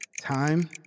Time